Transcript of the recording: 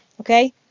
okay